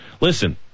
Listen